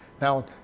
Now